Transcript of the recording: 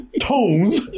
tones